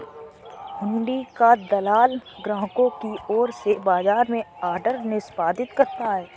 हुंडी का दलाल ग्राहकों की ओर से बाजार में ऑर्डर निष्पादित करता है